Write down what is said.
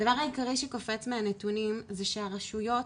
הדבר העיקרי שקופץ מהנתונים זה הרשויות,